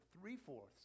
three-fourths